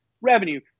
revenue